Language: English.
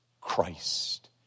Christ